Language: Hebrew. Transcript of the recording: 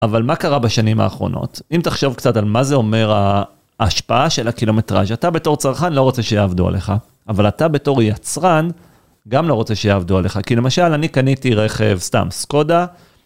אבל מה קרה בשנים האחרונות? אם תחשוב קצת על מה זה אומר ההשפעה של הקילומטראז' - אתה בתור צרכן לא רוצה שיעבדו עליך, אבל אתה בתור יצרן גם לא רוצה שיעבדו עליך. כי למשל, אני קניתי רכב, סתם, סקודה.